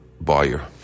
buyer